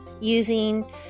using